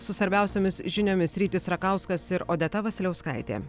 su svarbiausiomis žiniomis rytis rakauskas ir odeta vasiliauskaitė